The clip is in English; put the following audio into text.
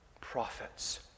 Prophets